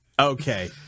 Okay